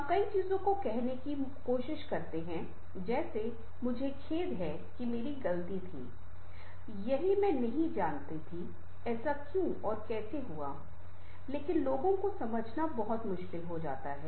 हम कई चीजों को कहने की कोशिश करते हैं जैसे मुझे खेद है कि मेरी गलती थी यही मैं नहीं जानता था कि ऐसा क्यों और कैसे हुआ लेकिन लोगों को समझाना बहुत मुश्किल हो जाता है